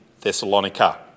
Thessalonica